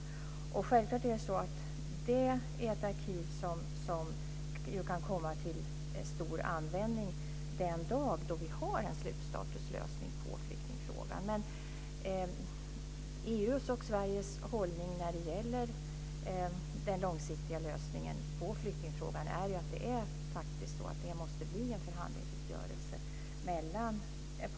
Det är självfallet så att det arkivet kan komma till stor användning den dag då vi har en slutstatuslösning på flyktingfrågan. Men EU:s och Sveriges hållning när det gäller den långsiktiga lösningen på flyktingfrågan är ju att det måste bli en förhandlingsuppgörelse mellan parterna.